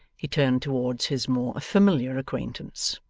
he turned towards his more familiar acquaintance.